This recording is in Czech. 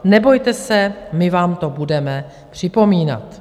Nebojte se, my vám to budeme připomínat.